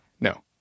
No